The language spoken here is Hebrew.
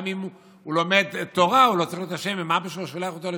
גם אם הוא לומד תורה הוא לא צריך להיות אשם אם אבא שלו שולח אותו לשם.